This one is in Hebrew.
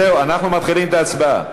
זהו, אנחנו מתחילים את ההצבעה.